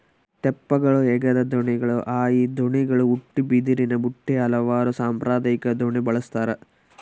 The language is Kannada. ತೆಪ್ಪಗಳು ಹಗೆದ ದೋಣಿಗಳು ಹಾಯಿ ದೋಣಿಗಳು ಉಟ್ಟುಬಿದಿರಿನಬುಟ್ಟಿ ಹಲವಾರು ಸಾಂಪ್ರದಾಯಿಕ ದೋಣಿ ಬಳಸ್ತಾರ